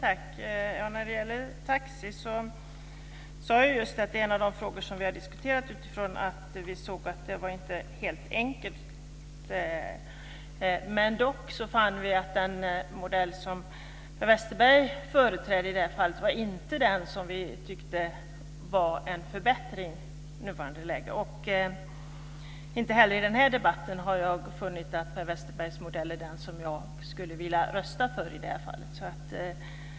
Herr talman! När det gäller taxifrågan sade jag just att det är en av de frågor som vi har diskuterat utifrån att vi såg att den inte var helt enkel. Men vi fann dock att den modell som Per Westerberg företräder i detta fall inte innebär en förbättring i nuvarande läge. Inte heller i denna debatt har jag funnit att Per Westerbergs modell är den som jag skulle vilja rösta för i detta fall.